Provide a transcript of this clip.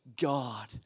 God